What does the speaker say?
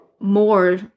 More